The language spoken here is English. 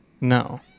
no